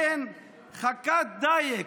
אין חכת דיג.